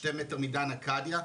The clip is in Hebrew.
שתי מטר מדן אכדיה,